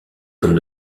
comme